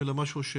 אלא משהו ש